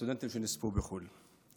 סטודנטים שנספו בחו"ל.